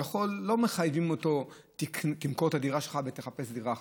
לא מחייבים אותו למכור את הדירה שלו ולחפש דירה חדשה.